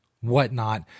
whatnot